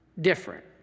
different